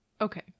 Okay